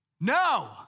No